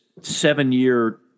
seven-year